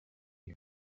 you